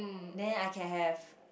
then I can have